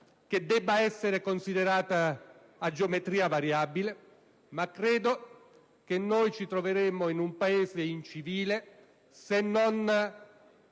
debba essere considerato a geometria variabile. Credo però che ci troveremmo in un Paese incivile se non